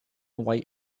white